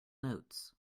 notes